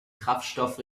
kraftstoff